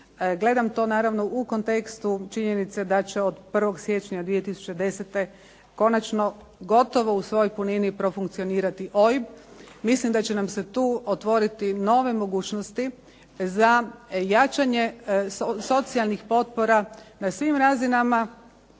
Gledam to naravno u kontekstu činjenice da će od 1. siječnja 20.10. konačno gotovo u svoj punini profunkcionirati OIB. Mislim da će nam se tu otvoriti nove mogućnosti za jačanje socijalnih potpora svim razinama